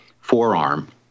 forearm